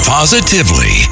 Positively